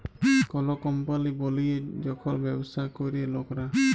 call কম্পলি বলিয়ে যখল ব্যবসা ক্যরে লকরা